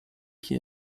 qui